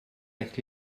eich